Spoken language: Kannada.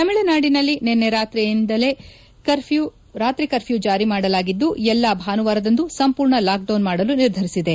ತಮಿಳುನಾಡಿನಲ್ಲಿ ನಿನ್ನೆಯಿಂದಲೇ ರಾತ್ರಿ ಕರ್ಫ್ಯೂ ಜಾರಿ ಮಾಡಲಾಗಿದ್ದು ಎಲ್ಲಾ ಭಾನುವಾರದಂದು ಸಂಪೂರ್ಣ ಲಾಕ್ ಡೌನ್ ಮಾಡಲು ನಿರ್ಧರಿಸಿದೆ